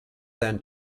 than